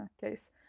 case